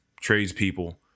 tradespeople